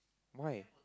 why